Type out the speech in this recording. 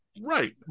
right